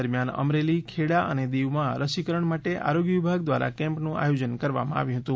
દરમ્યાન અમરેલી ખેડા અને દિવમાં રસીકરણ માટે આરોગ્ય વિભાગ દ્વારા કેમ્પનું આયોજન કરવામાં આવ્યું હતું